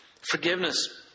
Forgiveness